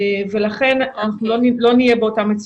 לכן, אנחנו לא נהיה באותה מציאות.